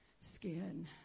skin